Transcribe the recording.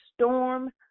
storm